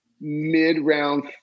mid-round